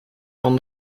van